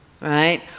right